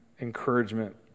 encouragement